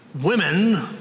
Women